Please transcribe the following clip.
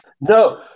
No